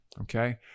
Okay